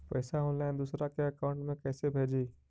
पैसा ऑनलाइन दूसरा के अकाउंट में कैसे भेजी?